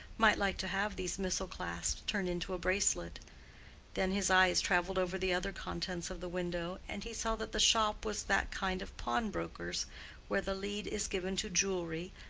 might like to have these missal-clasps turned into a bracelet then his eyes traveled over the other contents of the window, and he saw that the shop was that kind of pawnbroker's where the lead is given to jewelry,